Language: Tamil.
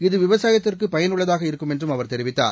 இது விவசாயத்திற்கு பயன் உள்ளதாக இருக்கும் என்றும் அவர் தெரிவித்தார்